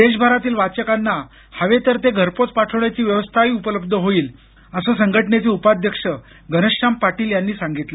देशभरातील वाचकांना हवे तर ते घरपोच पाठवण्याची व्यवस्थाही उपलब्ध होईल असं संघटनेचे उपाध्यक्ष घनश्याम पाटील यांनी सांगितलं